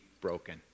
broken